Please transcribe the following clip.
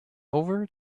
over